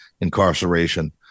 incarceration